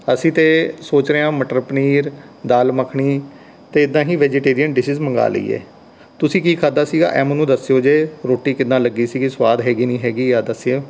ਅਸੀਂ ਤਾਂ ਸੋਚ ਰਹੇ ਹਾਂ ਮਟਰ ਪਨੀਰ ਦਾਲ ਮੱਖਣੀ ਅਤੇ ਇੱਦਾਂ ਹੀ ਵੇਜੀਟੇਰੀਅਨ ਡਿਸ਼ਿਜ਼ ਮੰਗਾ ਲਈਏ ਤੁਸੀਂ ਕੀ ਖਾਧਾ ਸੀਗਾ ਐਂ ਮੈਨੂੰ ਦੱਸਿਓ ਜੇ ਰੋਟੀ ਕਿੱਦਾਂ ਲੱਗੀ ਸੀਗੀ ਸਵਾਦ ਹੈਗੀ ਨਹੀਂ ਹੈਗੀ ਆ ਦੱਸਿਓ